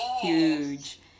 huge